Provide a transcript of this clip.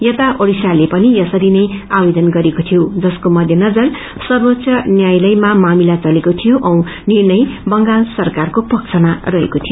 यता ओड़िसाले पनि यसरीनै आवेदन गरेको थियो जसको मध्यनजर सर्वोच्च न्यायालयमा मामला चलेको थियो औ निर्णय बंगाल सरकारको पक्षमा रहेको थियो